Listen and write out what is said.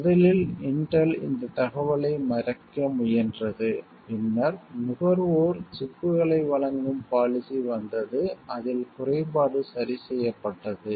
முதலில் இன்டெல் இந்தத் தகவலை மறைக்க முயன்றது பின்னர் நுகர்வோர் சிப்புகளை வழங்கும் பாலிசி வந்தது அதில் குறைபாடு சரி செய்யப்பட்டது